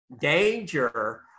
danger